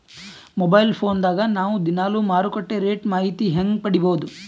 Mobile phone ದಾಗ ನಾವು ದಿನಾಲು ಮಾರುಕಟ್ಟೆ ರೇಟ್ ಮಾಹಿತಿ ಹೆಂಗ ಪಡಿಬಹುದು?